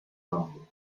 nogi